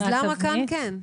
אז למה כאן כן?